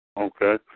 Okay